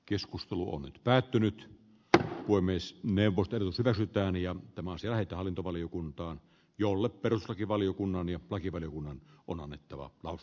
keskustelu on päättynyt tätä voi myös neuvotellut sitä sentään ja mansiaitahallintovaliokuntaan jolle peruslakivaliokunnan ja lakivaliokunnan on annettava of